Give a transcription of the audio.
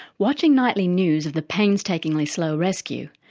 watching nightly news of the painstakingly slow rescue,